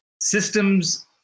Systems